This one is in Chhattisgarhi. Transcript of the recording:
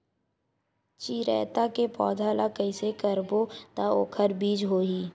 चिरैता के पौधा ल कइसे करबो त ओखर बीज होई?